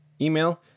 email